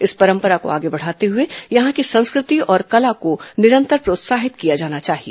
इस परम्परा को आगे बढ़ाते हुए यहां की संस्कृति और कला को निरंतर प्रोत्साहित किया जाना चाहिए